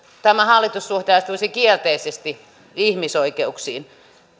tämä hallitus suhtautuisi kielteisesti ihmisoikeuksiin